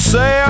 Say